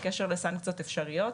בקשר לסנקציות אפשריות.